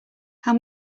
how